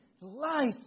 life